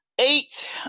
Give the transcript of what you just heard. Eight